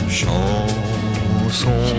chanson